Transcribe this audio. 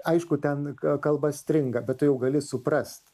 aišku ten kalba stringa bet tu jau gali suprast